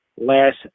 last